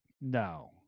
no